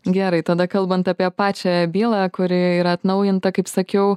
gerai tada kalbant apie pačią bylą kuri yra atnaujinta kaip sakiau